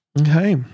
Okay